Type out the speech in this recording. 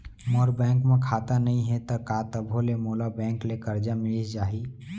मोर bank म खाता नई हे त का तभो ले मोला बैंक ले करजा मिलिस जाही?